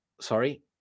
sorry